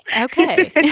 Okay